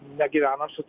negyvenam su